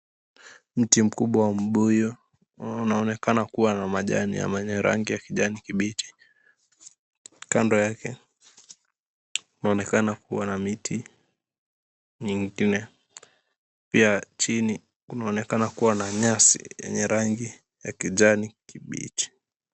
Mti mkubwa wa mbuyu unaonekana kuwa na majani yenye rangi ya kijani kibichi kando yake kunaonekana kuwa na miti nyingine pia chini kunaonekana kuwa na nyasi yenye rangi ya kijani kibichi.